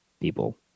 people